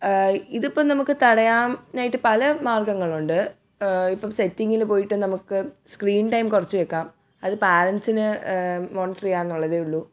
ഇതിപ്പം നമുക്ക് തടയാനായിട്ട് പല മാർഗ്ഗങ്ങളുണ്ട് ഇപ്പം സെറ്റിങ്ങിൽ പോയിട്ട് നമുക്ക് സ്ക്രീൻ ടൈം കുറച്ച് വെക്കാം അത് പാരൻ്റ്സിന് മോണിറ്ററ് ചെയ്യാമെന്നുള്ളതേ ഉള്ളു